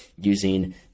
using